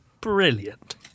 brilliant